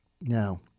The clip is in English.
Now